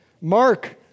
Mark